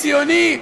ציוני?